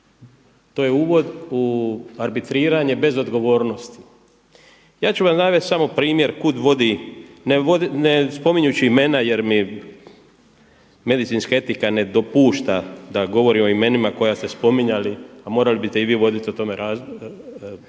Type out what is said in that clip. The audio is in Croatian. to je uvod u arbitriranje bez odgovornosti. Ja ću vam navesti samo primjer kuda vodi, ne spominjući imena jer mi medicinska etika ne dopušta da govorim o imenima koja ste spominjali a morali biste i vi voditi o tome računa